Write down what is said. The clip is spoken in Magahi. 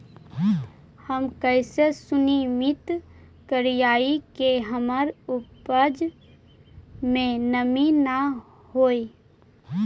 हम कैसे सुनिश्चित करिअई कि हमर उपज में नमी न होय?